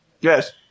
Yes